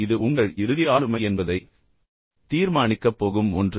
எனவே இது உங்கள் இறுதி ஆளுமை என்பதை தீர்மானிக்கப் போகும் ஒன்று